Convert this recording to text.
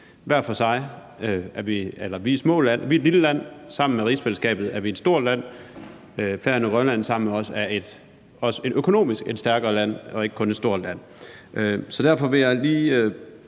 sammen. Vi er et lille land, sammen med rigsfællesskabet er vi et stort land, Færøerne og Grønland er sammen med os også et økonomisk stærkere land og ikke kun et stort land.